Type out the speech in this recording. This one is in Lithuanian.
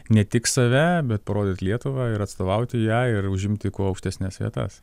ne tik save bet parodyt lietuvą ir atstovauti jai ir užimti kuo aukštesnes vietas